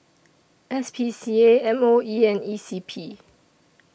S P C A M O E and E C P